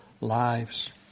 lives